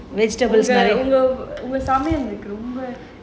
உங்க சமையல் எனக்கு ரொம்ப:unga samaiyal enakku romba